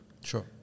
Sure